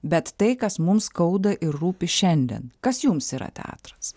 bet tai kas mums skauda ir rūpi šiandien kas jums yra teatras